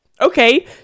Okay